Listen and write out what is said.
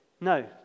No